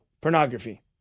pornography